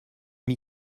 m’y